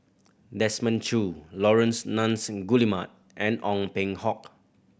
Desmond Choo Laurence Nunns Guillemard and Ong Peng Hock